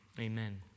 amen